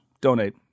donate